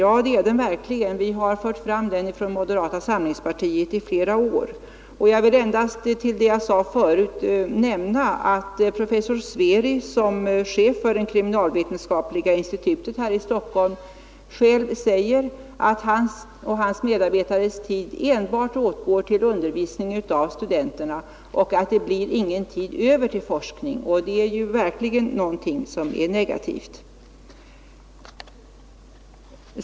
Ja, det är den verkligen. Vi har fört fram den från moderata samlingspartiet i flera år. Jag vill endast tillägga att professor Sveri, som chef för det kriminalvetenskapliga institutet här i Stockholm, själv säger att hans och hans medarbetares tid enbart åtgår till undervisning av studenterna och att det inte blir någon tid över till forskning. Det är verkligen negativt.